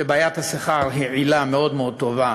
שבעיית השכר היא עילה מאוד מאוד טובה